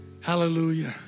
Hallelujah